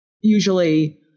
usually